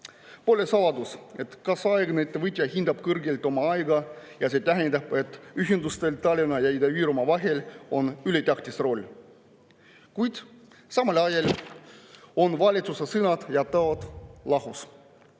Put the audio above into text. Pole saladus, et kaasaegne ettevõtja hindab kõrgelt oma aega. See tähendab, et ühendustel Tallinna ja Ida-Virumaa vahel on ülitähtis roll. Samal ajal on valitsuse sõnad ja teod lahus,